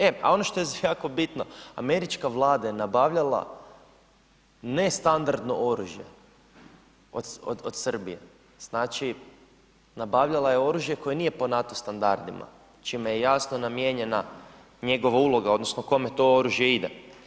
E, a ono što je jako bitno, američka vlada je nabavljala nestandardno oružje od Srbije, znači nabavljala je oružje koje nije po NATO standardima čime je jasno namijenjena njegova uloga, odnosno kome to oružje ide.